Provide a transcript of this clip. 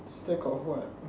then got what